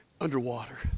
underwater